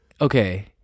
okay